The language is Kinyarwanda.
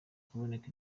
kuboneka